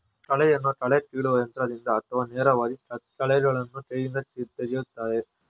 ಕಳೆಯನ್ನು ಕಳೆ ಕೀಲುವ ಯಂತ್ರದಿಂದ ಅಥವಾ ನೇರವಾಗಿ ಕಳೆಗಳನ್ನು ಕೈಯಿಂದ ತೆಗೆಯುತ್ತಾರೆ